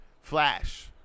flash